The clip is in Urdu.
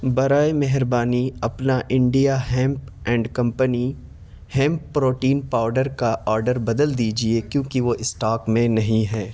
برائے مہربانی اپنا India hemp and company hemp protein powder کا آرڈر بدل دیجیے کیونکہ وہ اسٹاک میں نہیں ہے